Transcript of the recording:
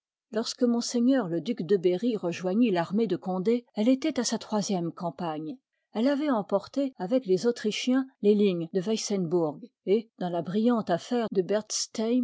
lorsque m le duc de berry rejoignit farmée de condé elle ëtoit à sa troisième campagne elle avoit emporte avec les autrichiens les lignes de weisscmbourg et dans la brillante affaire de